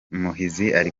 ari